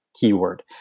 keyword